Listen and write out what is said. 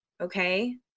okay